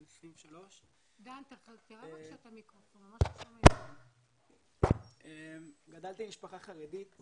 בן 23. גדלתי במשפחה חרדית,